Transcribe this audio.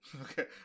Okay